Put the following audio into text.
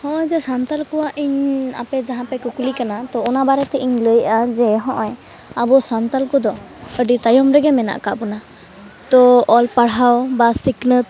ᱦᱚᱜᱼᱚᱸᱭ ᱡᱮ ᱥᱟᱱᱛᱟᱲ ᱠᱚᱣᱟᱜ ᱤᱧ ᱟᱯᱮ ᱡᱟᱦᱟᱸ ᱯᱮ ᱠᱩᱠᱞᱤ ᱠᱟᱱᱟ ᱛᱚ ᱚᱱᱟ ᱵᱟᱨᱮᱛᱮ ᱤᱧ ᱞᱟᱹᱭᱮᱜᱼᱟ ᱡᱮ ᱦᱚᱜᱼᱚᱸᱭ ᱟᱵᱚ ᱥᱟᱱᱛᱟᱲ ᱠᱚᱫᱚ ᱟᱹᱰᱤ ᱛᱟᱭᱚᱢ ᱨᱮᱜᱮ ᱢᱮᱱᱟᱜ ᱟᱠᱟᱫ ᱵᱚᱱᱟ ᱛᱚ ᱚᱞᱼᱯᱟᱲᱦᱟᱣ ᱵᱟ ᱥᱤᱠᱷᱱᱟᱹᱛ